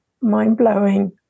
mind-blowing